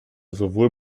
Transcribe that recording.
sowohl